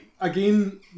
again